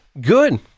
Good